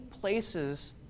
places